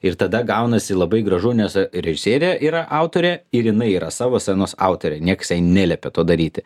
ir tada gaunasi labai gražu nes režisierė yra autorė ir jinai yra savo scenos autorė nieks jai neliepė to daryti